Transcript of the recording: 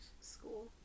School